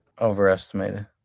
Overestimated